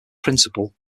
principal